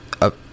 up